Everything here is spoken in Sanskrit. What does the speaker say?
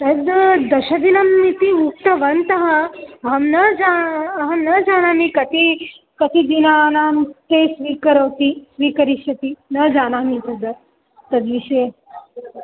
तद् दश दिनम् इति उक्तवन्तः अहं न जा अहं न जानामि कति कति दिनानां ते स्वीकरोति स्वीकरिष्यति न जानामि तद् तद्विषये